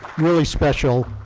really special.